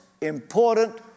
important